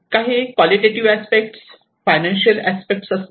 काही qualitative aspect financial aspect असतात